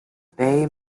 bay